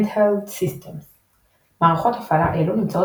Handheld Systems – מערכות הפעלה אלו נמצאות